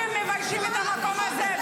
אתם מביישים את המקום הזה.